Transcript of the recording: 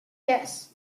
yes